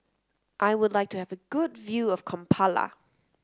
I would like to have a good view of Kampala